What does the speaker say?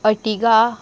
Ertiga